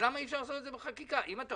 אז למה אי-אפשר לעשות את זה בחקיקה.